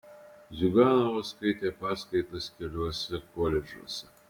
ziuganovas skaitė paskaitas keliuose koledžuose